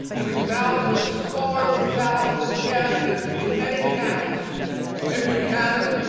to be found in a score of a thousand of champions in many camps in buchanan,